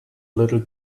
little